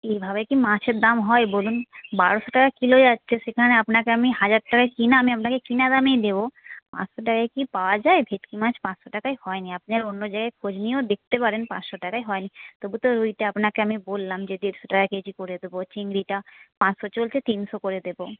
এইভাবে কি মাছের দাম হয় বলুন বারোশো টাকা কিলো যাচ্ছে সেখানে আপনাকে আমি হাজার টাকায় কেনা দামে আপনাকে আমি কেনা দামেই দেব পাঁচশো টাকায় কি পাওয়া যায় ভেটকি মাছ পাঁচশো টাকায় হয় না আপনি আর অন্য জায়গায় খোঁজ নিয়েও দেখতে পারেন পাঁচশো টাকায় হয় না তবু তো ওইটা আপনাকে আমি বললাম যে দেড়শো টাকা কেজি করে দেব চিংড়িটা পাঁচশো চলছে তিনশো করে দেব